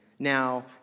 now